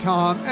Tom